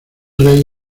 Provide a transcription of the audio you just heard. rey